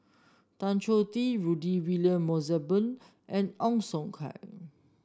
Tan Choh Tee Rudy William Mosbergen and Ong Siong Kai